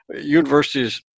Universities